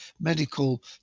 medical